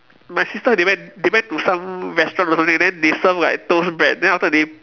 my sister they went they went to some restaurant or something then they serve like toast bread then on top they